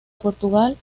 portugal